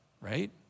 right